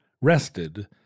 rested